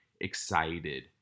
excited